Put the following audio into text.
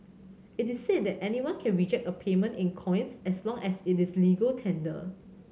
it is said that anyone can reject a payment in coins as long as it is legal tender